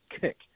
kick